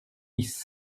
dix